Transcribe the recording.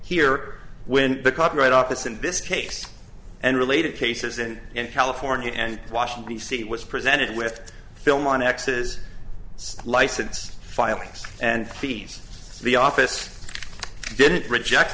here when the copyright office in this case and related cases in california and washington d c was presented with film on x s license filings and peace the office didn't reject